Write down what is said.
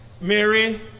Mary